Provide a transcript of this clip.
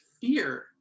fear